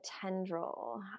tendril